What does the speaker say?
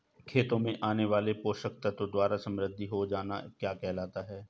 खेतों में आने वाले पोषक तत्वों द्वारा समृद्धि हो जाना क्या कहलाता है?